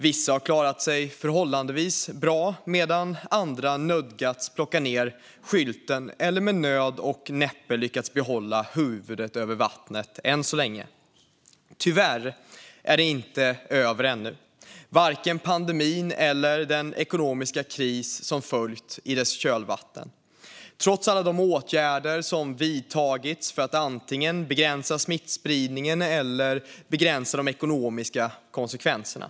Vissa har klarat sig förhållandevis bra medan andra har nödgats plocka ned skylten eller med nöd och näppe lyckats hålla huvudet över vattnet, hittills. Tyvärr är det inte över ännu, varken pandemin eller den ekonomiska kris som har följt i dess kölvatten, trots alla de åtgärder som vidtagits för att antingen begränsa smittspridningen eller de ekonomiska konsekvenserna.